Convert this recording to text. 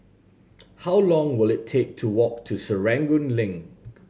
how long will it take to walk to Serangoon Link